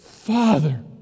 Father